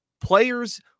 Players